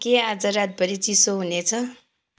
के आज रातभरि चिसो हुने छ